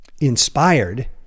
inspired